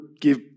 give